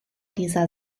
dieser